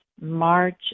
March